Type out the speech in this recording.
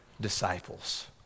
disciples